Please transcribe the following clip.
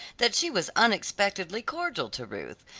that she was unexpectedly cordial to ruth,